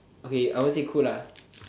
okay I won't say cool lah